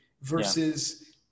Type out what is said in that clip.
versus